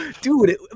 dude